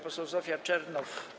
Poseł Zofia Czernow.